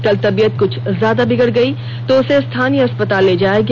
कल तबीयत कुछ ज्यादा बिगड़ गई तो उसे स्थानीय अस्पताल ले जाया गया